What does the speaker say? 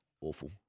awful